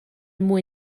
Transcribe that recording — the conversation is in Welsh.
mwy